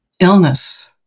Illness